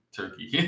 turkey